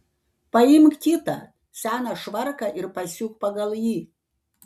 paimk kitą seną švarką ir pasiūk pagal jį